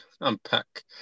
unpack